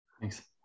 Thanks